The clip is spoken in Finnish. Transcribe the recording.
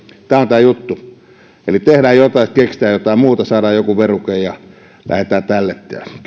tämä on tämä juttu eli tehdään jotain että keksitään jotain muuta saadaan joku veruke ja lähdetään tälle